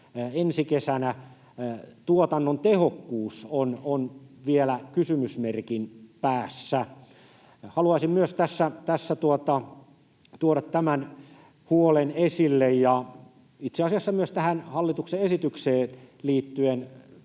ensi kesänä tuotannon tehokkuus on vielä kysymysmerkin päässä. Haluaisin myös tässä tuoda tämän huolen esille ja itse asiassa myös tähän hallituksen esitykseen liittyen